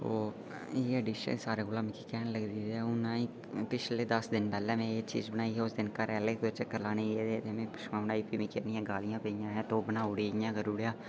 ओह् इ'यै डिश ऐ ते सारें कोलां मिगी घैंट लगदी ऐ छड़े दस दिन पैह्लें में एह् चीज बनाई उस दिन घरा आह्लें कुतै चक्कर लाने गी गेदे पिच्छुआं बनाई में गालियां पेइयां ऐ तू बनाई ओड़ी तू इ'यां करी ओड़ेआ